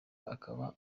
akaba